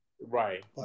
Right